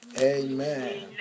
Amen